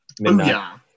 midnight